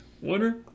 Water